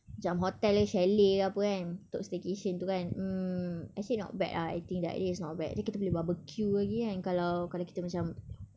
macam hotel then chalet ke apa kan untuk staycation gitu kan mm actually not bad ah I think the idea is not bad abeh kita boleh barbecue lagi kan kalau kalau kita macam